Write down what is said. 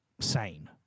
sane